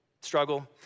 struggle